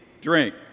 drink